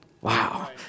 Wow